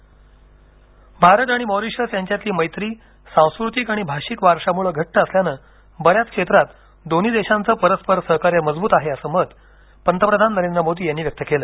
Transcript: Mauritius Bharat आणि Mauritius यांच्यातली मैत्री सांस्कृतिक आणि भाषिक वारशमुळ घट्ट असल्यानं बऱ्याच क्षेत्रात दोन्ही देशांचं परस्पर सहकार्य मजबूत आहे असं मत पंतप्रधान नरेंद्र मोदी यांनी व्यक्त केलं